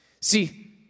See